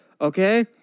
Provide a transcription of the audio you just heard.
okay